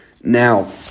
Now